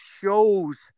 shows